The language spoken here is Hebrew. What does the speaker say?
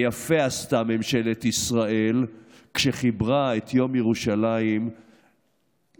יפה עשתה ממשלת ישראל כשחיברה את יום ירושלים כיום